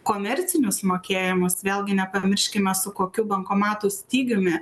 komercinius mokėjimus vėlgi nepamirškime su kokiu bankomatų stygiumi